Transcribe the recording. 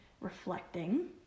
reflecting